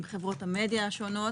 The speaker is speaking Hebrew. עם חברות המדיה השונות.